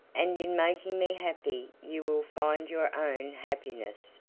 and in making me happy you will find your own happiness.